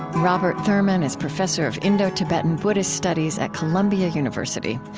robert thurman is professor of indo-tibetan buddhist studies at columbia university.